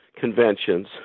conventions